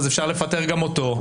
אז אפשר לפטר גם אותו.